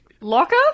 locker